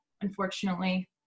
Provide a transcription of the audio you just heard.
unfortunately